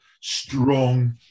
strong